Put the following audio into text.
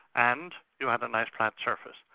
and you have a nice flat surface.